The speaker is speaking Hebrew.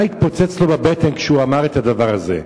מה התפוצץ לו בבטן כשהוא אמר את הדבר הזה?